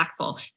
impactful